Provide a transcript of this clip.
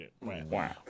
wow